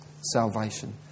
salvation